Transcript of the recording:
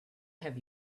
have